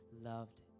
loved